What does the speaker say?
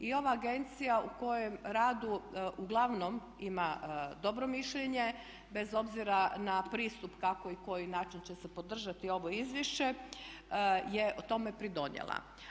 I ova agencija u kojem radu uglavnom ima dobro mišljenje bez obzira na pristup kako i koji način će se podržati ovo izvješće je tome pridonijela.